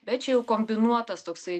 bet čia jau kombinuotas toksai